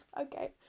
Okay